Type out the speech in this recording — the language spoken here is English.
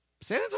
San